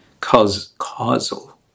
cause-causal